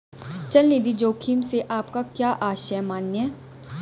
चल निधि जोखिम से आपका क्या आशय है, माननीय?